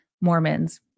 Mormons